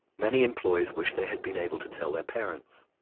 many employees wished they had been able to tell their parents.